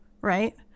right